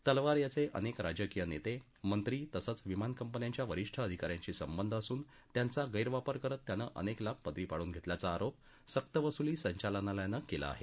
तलवार याचे अनेक राजकीय नेते मंत्री तसंच विमान कंपन्यांच्या वरीष्ठ अधिका यांशी संबंध असून त्यांचा गैरवापर करत त्यानं अनेक लाभ पदरी पाडून घेतल्याचा आरोप सक्तवसुली संचालनालयानं केला आहे